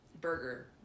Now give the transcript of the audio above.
burger